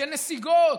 של נסיגות,